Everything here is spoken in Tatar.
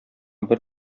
бер